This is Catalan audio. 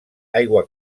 aigua